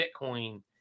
Bitcoin